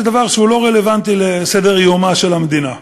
דבר שלא רלוונטי לסדר-יומה של המדינה.